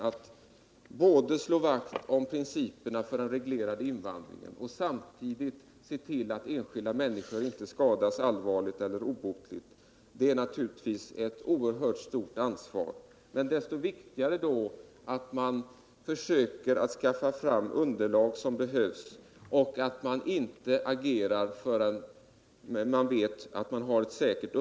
Att slå vakt om principerna för den reglerade invandringen utan att enskilda människor skadas allvarligt eller obotligt är ett stort ansvar. Men desto viktigare är det då att man försöker skaffa fram allt det underlag som behövs och att man inte agerar förrän man vet att underlaget är säkert.